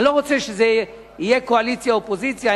אני לא רוצה שיהיה אופוזיציה קואליציה,